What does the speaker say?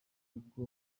kuko